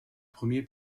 premier